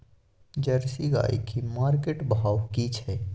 Jersey गाय की market भाव की छै?